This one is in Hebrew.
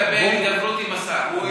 הידברות עם השר.